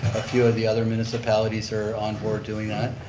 a few of the other municipalities are on board doing that.